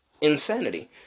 insanity